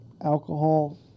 alcohol